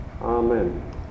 Amen